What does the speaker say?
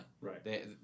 Right